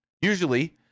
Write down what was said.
Usually